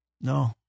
No